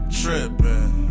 tripping